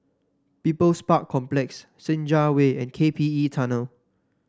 People's Park Complex Senja Way and K P E Tunnel